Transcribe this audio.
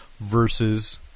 versus